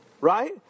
Right